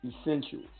Essentials